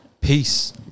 Peace